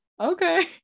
okay